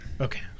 Okay